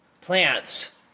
plants